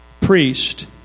priest